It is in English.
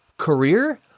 Career